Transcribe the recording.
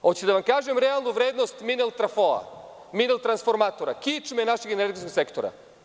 Hoćete li da vam kažem realnu vrednost „Minel trafoa“, „Minel transformatora“, kičme našeg energetskog sektora?